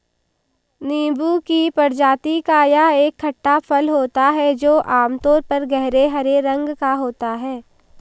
नींबू की प्रजाति का यह एक खट्टा फल होता है जो आमतौर पर गहरे हरे रंग का होता है